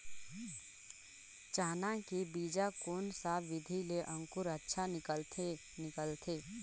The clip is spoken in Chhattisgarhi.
चाना के बीजा कोन सा विधि ले अंकुर अच्छा निकलथे निकलथे